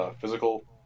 physical